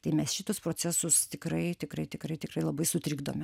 tai mes šituos procesus tikrai tikrai tikrai tikrai labai sutrikdome